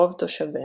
רוב תושביה.